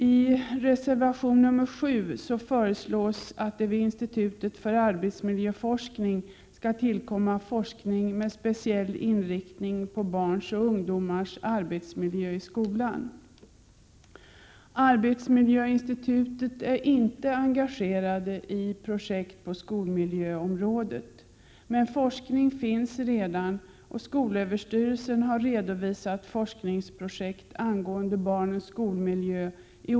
I reservation 7 föreslås att det vid Institutet för arbetsmiljöforskning skall tillkomma forskning med speciell inriktning på barns och ungdomars arbetsmiljö i skolan. Arbetsmiljöinstitutet är inte engagerat i projekt på skolmiljöområdet, men forskning pågår redan. Skolöverstyrelsen har i olika skrifter redovisat forskningsprojekt angående barns skolmiljö.